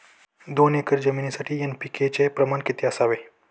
दोन एकर जमिनीसाठी एन.पी.के चे प्रमाण किती असावे?